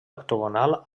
octogonal